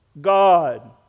God